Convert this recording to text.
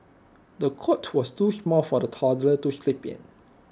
the cot was too small for the toddler to sleep in